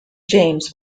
james